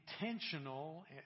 intentional